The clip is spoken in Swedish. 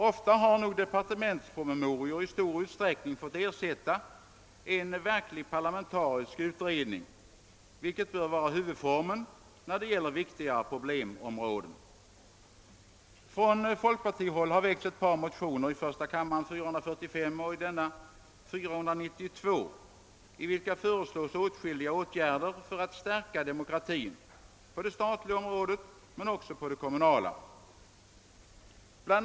Ofta har departementspromemorior i stor utsträckning fått ersätta en verklig parlamentarisk utredning, vilket bör vara huvudformen när det gäller viktigare problemområden. Från folkpartiet har väckts ett motionspar — I: 445 och 1II:492 — vari föreslås åtskilliga åtgärder för att stärka demokratin — på det statliga området liksom på det kommunala. BI.